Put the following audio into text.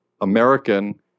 American